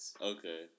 Okay